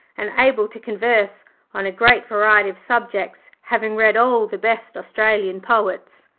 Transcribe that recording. and able to converse on a great variety of subjects, having read all the best australian poets.